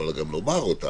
את יכולה גם לומר אותה,